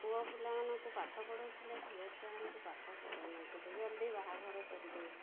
ପୁଅ ପିଲାମାନଙ୍କୁ ପାଠ ପଢ଼ାଉଥିଲେ ଝିଅ ଛୁଆମାନଙ୍କୁ ପାଠ ପଢ଼ାଉନଥିଲେ ଜଲ୍ଦି ବାହାଘର କରି ଦେଉଥିଲେ